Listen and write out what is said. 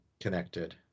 connected